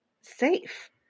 safe